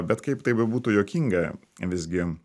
bet kaip tai bebūtų juokinga visgi